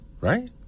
right